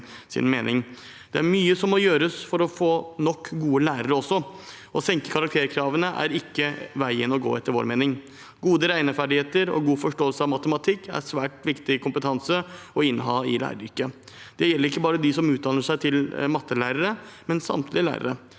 Det er mye som må gjøres for å få nok gode lærere også. Å senke karakterkravene er etter vår mening ikke veien å gå. Gode regneferdigheter og god forståelse av matematikk er svært viktig kompetanse å inneha i læreryrket. Det gjelder ikke bare de som utdanner seg til mattelærere, men samtlige lærere.